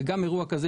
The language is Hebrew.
גם אירוע כזה,